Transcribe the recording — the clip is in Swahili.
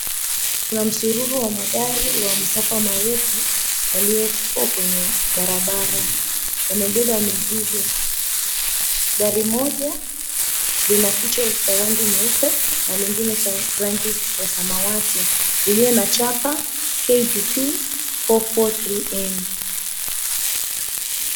Kuna msururu wa magari ya masafa marefu yalioko kwenye barabara yamebeba mizigo. Gari moja lina kichwa cha rangi nyeupe na nyingine cha rangi ya samawati ilio na chapa KDP 443N .